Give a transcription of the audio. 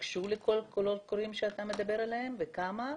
שניגשו לקולות הקוראים שאתה מדבר עליהם וכמה,